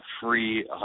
free